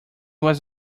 was